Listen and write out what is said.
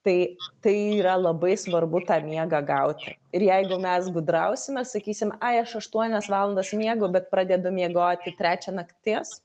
tai tai yra labai svarbu tą miegą gauti ir jeigu mes gudrausime sakysim ai aš aštuonias valandas miegu bet pradedu miegoti trečią nakties